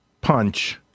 punch